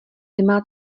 nemá